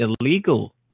illegal